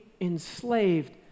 enslaved